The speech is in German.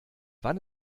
wann